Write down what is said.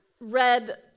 read